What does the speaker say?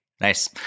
nice